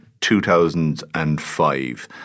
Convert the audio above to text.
2005